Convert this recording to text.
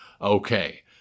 Okay